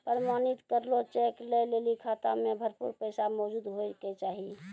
प्रमाणित करलो चेक लै लेली खाता मे भरपूर पैसा मौजूद होय के चाहि